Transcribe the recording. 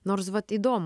nors vat įdomu